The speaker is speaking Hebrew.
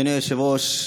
אדוני היושב-ראש,